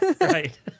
Right